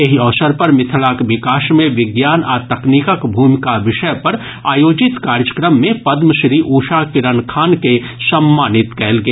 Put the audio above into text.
एहि अवसर पर मिथिलाक विकास मे विज्ञान आ तकनीकक भूमिका विषय पर आयोजित कार्यक्रम मे पद्मश्री उषा किरण खान के सम्मानित कयल गेल